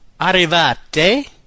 arrivate